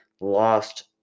lost